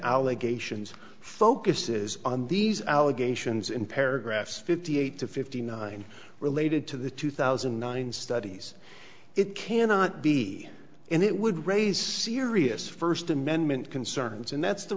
allegations focuses on these allegations in paragraphs fifty eight to fifty nine related to the two thousand and nine studies it cannot be and it would raise serious first amendment concerns and that's the